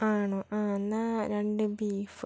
ആണോ ആ എന്നാൽ രണ്ട് ബീഫ്